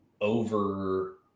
over